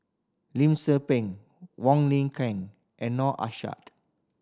Lim Tze Peng Wong Lin Ken and Noor Aishah